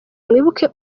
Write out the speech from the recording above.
mwibuke